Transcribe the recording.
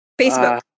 Facebook